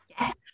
Yes